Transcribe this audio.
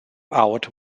out